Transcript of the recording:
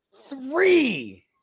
three